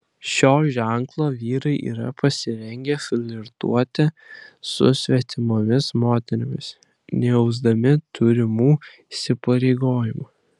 šio ženklo vyrai yra pasirengę flirtuoti su svetimomis moterimis nejausdami turimų įsipareigojimų